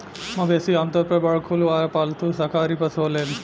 मवेशी आमतौर पर बड़ खुर वाला पालतू शाकाहारी पशु होलेलेन